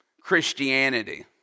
Christianity